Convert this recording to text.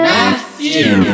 Matthew